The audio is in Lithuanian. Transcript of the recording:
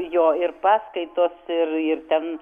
jo ir paskaitos ir ir ten